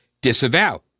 disavow